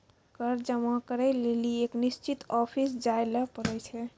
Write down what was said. कर जमा करै लेली एक निश्चित ऑफिस जाय ल पड़ै छै